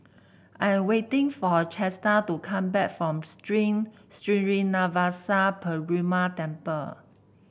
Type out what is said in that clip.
I am waiting for Chester to come back from Sri Srinivasa Perumal Temple